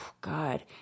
God